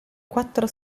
quattro